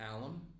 alum